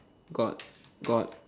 got got